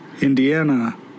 Indiana